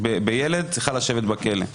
בילד צריכה לשבת בכלא.